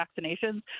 vaccinations